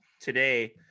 today